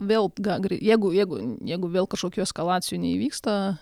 vėl gali jeigu jeigu jeigu vėl kažkokių eskalacijų neįvyksta